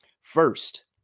First